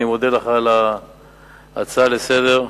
אני מודה לך על ההצעה לסדר-היום,